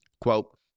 quote